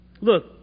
Look